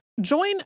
Join